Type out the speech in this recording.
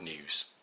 news